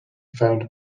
found